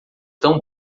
tão